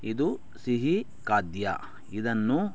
ಇದು ಸಿಹಿ ಖಾದ್ಯ ಇದನ್ನು